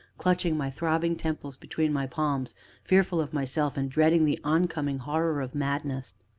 clutching my throbbing temples between my palms fearful of myself, and dreading the oncoming horror of madness.